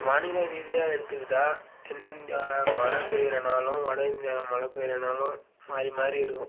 வானிலை ரீதியாக எடுத்துக்கிட்டால் தென்னிந்தியாவில் மழை பெய்யுற நாளும் வடஇந்தியாவில் மழை பெய்யுற நாளும் மாறி மாறி இருக்கும்